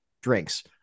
drinks